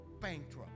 bankrupt